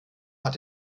hat